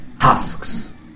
husks